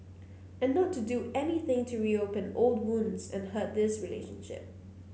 and not to do anything to reopen old wounds and hurt this relationship